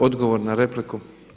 Odgovor na repliku.